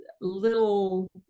little